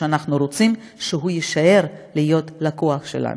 שאנחנו רוצים שהוא יישאר להיות לקוח שלנו.